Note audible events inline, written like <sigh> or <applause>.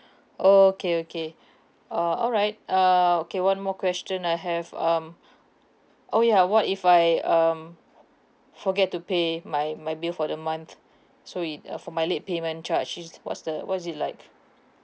oh okay okay uh alright uh okay one more question I have um <breath> oh ya what if I um forget to pay my my bill for the month so it uh for my late payment charge is what's the what is it like